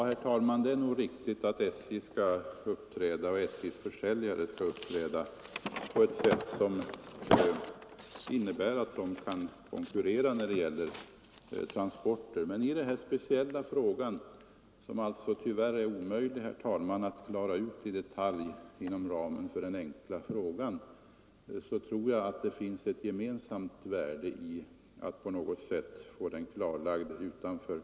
herr Strömbergs i Botkyrka i kammarens protokoll för den 24 oktober — Ang.